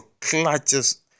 clutches